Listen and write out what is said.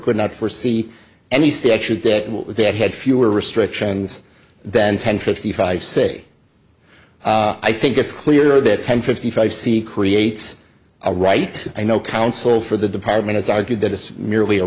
could not foresee any statute that they had fewer restrictions than ten fifty five say i think it's clear that ten fifty five sea creates a right i know counsel for the department is argued that it's merely a